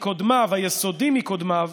והיסודי שלו מקודמיו